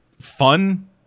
fun